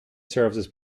services